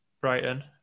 Brighton